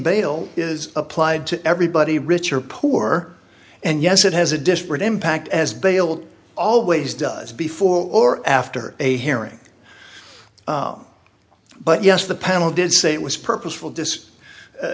bail is applied to everybody rich or poor and yes it has a disparate impact as bail always does before or after a hearing but yes the panel did say it was purposeful